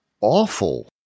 awful